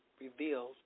revealed